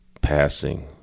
passing